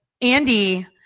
Andy